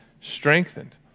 strengthened